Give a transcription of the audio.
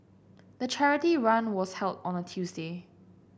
the charity run was held on a Tuesday